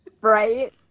right